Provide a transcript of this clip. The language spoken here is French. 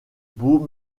beau